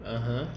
(uh huh)